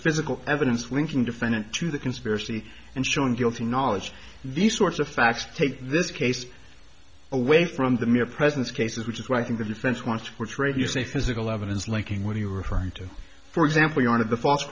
physical evidence linking defendant to the conspiracy and showing guilty knowledge these sorts of facts take this case away from the mere presence cases which is why i think the defense wants to portray you say physical evidence linking when you were trying to for example you wanted the false